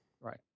right